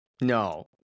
No